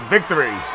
Victory